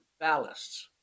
ballasts